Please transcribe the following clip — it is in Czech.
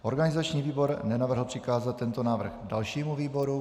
Organizační výbor nenavrhl přikázat tento návrh dalšímu výboru.